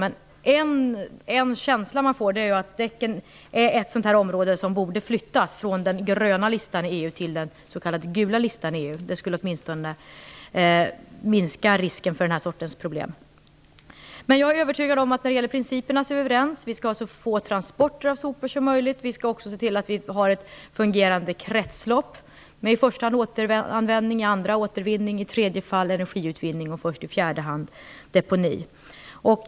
En känsla man får är dock att däcken är ett område som borde flyttas från den s.k. gröna listan till den s.k. gula listan i EU. Det skulle åtminstone minska risken för den här sortens problem. Jag är övertygad om att vi är överens i fråga om principerna. Vi skall ha så få transporter av sopor som möjligt. Vi skall också se till att vi har ett fungerande kretslopp med i första hand återanvändning, i andra hand återvinning, i tredje hand energiutvinning och först i fjärde hand deponi.